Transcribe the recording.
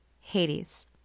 Hades